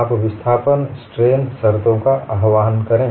आप विस्थापन स्ट्रेन शर्तों का आह्वान करें